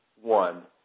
one